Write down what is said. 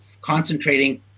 concentrating